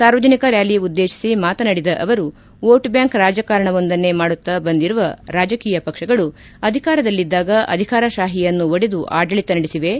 ಸಾರ್ವಜನಿಕ ರ್ಶಾಲಿ ಉದ್ದೇತಿಸಿ ಮಾತನಾಡಿದ ಅವರು ವೋಟ್ ಬ್ಲಾಂಕ್ ರಾಜಕಾರಣವೊಂದನ್ನೇ ಮಾಡುತ್ತಾ ಬಂದಿರುವ ರಾಜಕೀಯ ಪಕ್ಷಗಳು ಅಧಿಕಾರದಲ್ಲಿದ್ದಾಗ ಅಧಿಕಾರಶಾಹಿಯನ್ನು ಒಡೆದು ಆಡಳಿತ ನಡೆಸಿವೆ